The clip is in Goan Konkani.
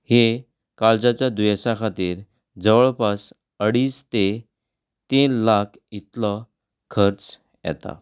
हें काळजाच्या दुयेंसां खातीर जवळ पास अडेज ते तीन लाख इतलो खर्च येता